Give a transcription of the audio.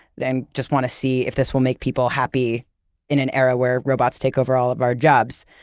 and just want to see if this will make people happy in an era where robots take over all of our jobs.